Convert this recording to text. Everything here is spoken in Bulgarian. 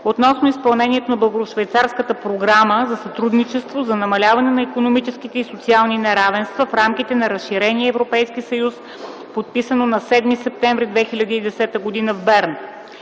относно изпълнението на Българо-швейцарската програма за сътрудничество за намаляване на икономическите и социални неравенства в рамките на разширения Европейски съюз, подписано на 7 септември 2010 г. в Берн.